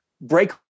break